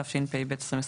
התשפ"ב-2021."